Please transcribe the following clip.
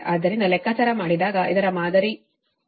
ಆದ್ದರಿಂದ ಲೆಕ್ಕಾಚಾರ ಮಾಡಿದಾಗ ಇದರ ಮಾದರಿ ಮೋಡ್ 0